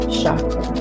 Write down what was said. chakra